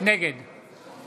נגד